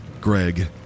Greg